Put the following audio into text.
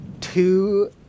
two